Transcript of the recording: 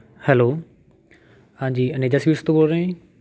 hello ਹਾਂਜੀ Aneja sweets ਤੋਂ ਬੋਲ ਰਹੇ ਜੀ